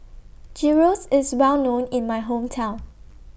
Gyros IS Well known in My Hometown